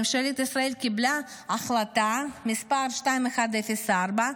ממשלת ישראל קיבלה החלטה מס' 2104,